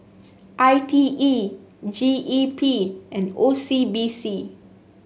I T E G E P and O C B C